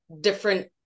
different